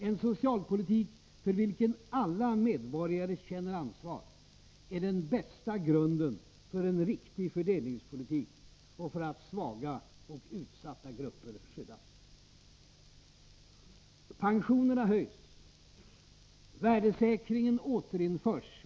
En socialpolitik för vilken alla medborgare känner ansvar är den bästa grunden för en riktig fördelningspolitik och för att svaga och utsatta grupper skyddas.